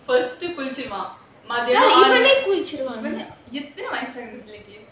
first to குளிச்சிடுவான்:kulichiduvan even எத்தனை வயசாகுது பிள்ளைக்கு:ethanai vayasaaguthu pillaiku